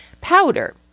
powder